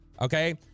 Okay